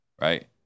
right